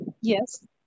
yes